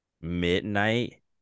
midnight